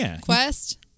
quest